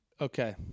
Okay